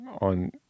on